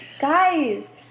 Guys